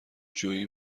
جویی